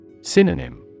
Synonym